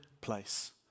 place